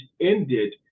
ended